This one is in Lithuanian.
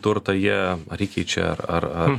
turtą jie ar įkeičia ar ar ar